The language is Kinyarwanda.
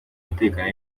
umutekano